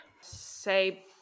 Say